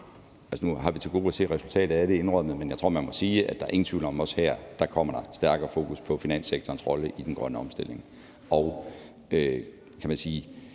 indrømmet, til gode at se resultatet af det – tror jeg, at man må sige, at der ingen tvivl er om, at der også her kommer stærkere fokus på finanssektorens rolle i den grønne omstilling.